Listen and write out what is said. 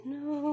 no